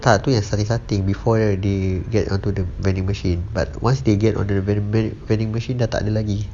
tak tu yang something before they get onto the vending machine but once they get on the vending vending machine dah takde lagi